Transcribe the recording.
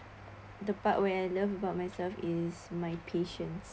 the part where I love about myself is my patience